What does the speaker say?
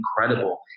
incredible